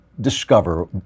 Discover